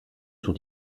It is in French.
son